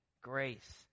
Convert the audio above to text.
grace